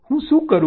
હું શું કરું